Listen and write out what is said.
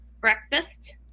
Breakfast